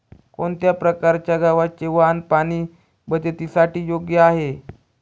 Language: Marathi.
कोणत्या प्रकारचे गव्हाचे वाण पाणी बचतीसाठी योग्य आहे?